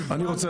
אני רוצה